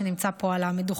שגם נמצא פה על המדוכה,